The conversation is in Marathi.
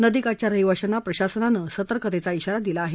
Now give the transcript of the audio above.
नदी काठच्या रहिवाशांना प्रशासनानं सतर्कतेचा श्राारा दिला आहे